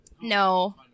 No